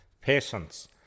Patients